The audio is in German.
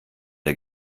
der